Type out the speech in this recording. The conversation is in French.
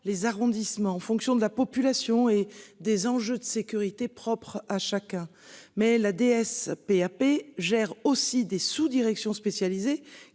les arrondissements en fonction de la population et des enjeux de sécurité propre à chacun, mais la DS P gère aussi des sous-directions spécialisées